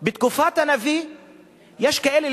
בתקופת הנביא יש כאלה,